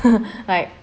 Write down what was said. like